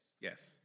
Yes